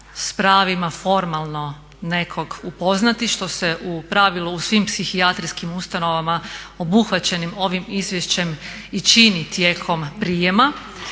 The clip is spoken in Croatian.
s pravima formalno nekog upoznati što se u pravilu u svim psihijatrijskim ustanovama obuhvaćenim ovim izvješćem i čini tijekom prijema.